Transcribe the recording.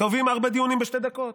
קובעים ארבעה דיונים בשתי דקות.